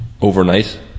overnight